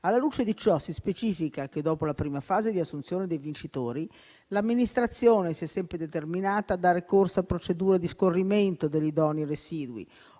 Alla luce di ciò si specifica che, dopo la prima fase di assunzione dei vincitori, l'amministrazione si è sempre determinata a dare corso a procedure di scorrimento degli idonei residui,